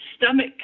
stomach